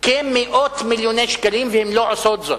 מאות מיליוני שקלים, והן לא עושות זאת.